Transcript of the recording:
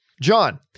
John